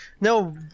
no